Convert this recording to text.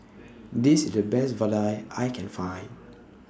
This IS The Best Vadai I Can Find